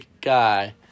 guy